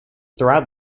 throughout